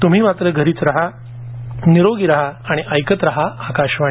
तूम्ही मात्र घरीच रहा निरोगी रहा आणि ऐकत रहा आकाशवाणी